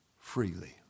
Freely